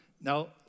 Now